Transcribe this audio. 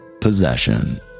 Possession